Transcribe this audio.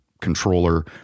controller